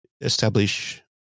establish